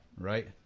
Right